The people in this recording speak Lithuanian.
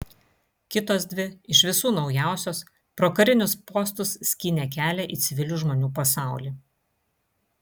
kitos dvi iš visų naujausios pro karinius postus skynė kelią į civilių žmonių pasaulį